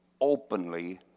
openly